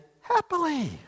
happily